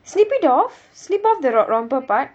snip it off snip off the romper part